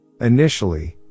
Initially